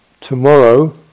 tomorrow